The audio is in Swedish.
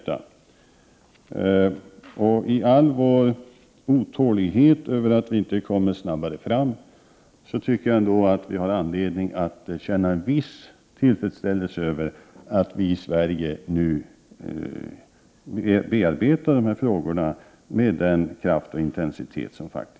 Trots all vår otålighet över att vi inte kommer snabbare fram tycker jag att vi har anledning att känna en viss tillfredsställelse över att vi i Sverige nu faktiskt bearbetar dessa frågor med kraft och intensitet.